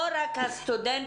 לא רק הסטודנטים.